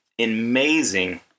amazing